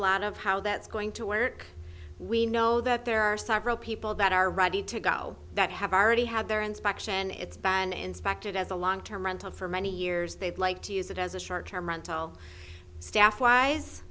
lot of how that's going to work we know that there are several people that are ready to go that have already had their inspection it's been inspected as a long term rental for many years they'd like to use it as a short term rental staff wise